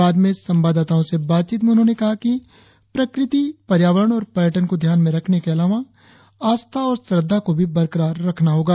बाद में संवाददाताओ से बातचीत में उन्होंने कहा कि प्रकृति पर्यावरण और पर्यटन को ध्यान में रखने के अलावा आस्था और श्रद्धा को भी बरकरार रखना होगा